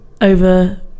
Over